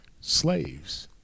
slaves